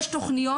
יש תוכניות.